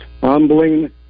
humbling